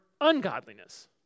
ungodliness